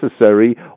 necessary